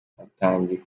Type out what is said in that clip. batangiye